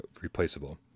replaceable